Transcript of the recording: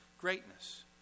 greatness